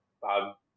Bob